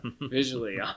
visually